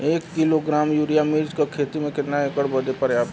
एक kilogram urea मिर्च क खेती में कितना एकड़ बदे पर्याप्त ह?